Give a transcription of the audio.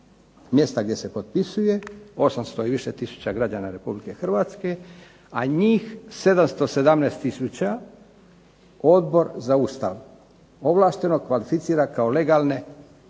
mjesta gdje se potpisuje 800 i više tisuća građana Republike Hrvatske, a njih 717 tisuća Odbor za Ustav ovlašteno kvalificira kao legalne